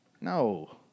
No